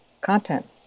content